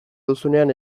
duzunean